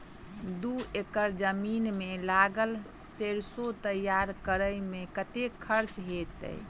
दू एकड़ जमीन मे लागल सैरसो तैयार करै मे कतेक खर्च हेतै?